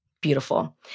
Beautiful